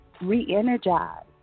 re-energize